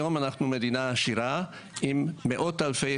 היום אנחנו מדינה עשירה עם מאות אלפים